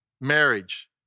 marriage